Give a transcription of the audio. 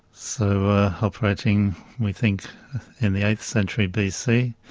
so operating we think in the eighth century bc.